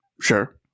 Sure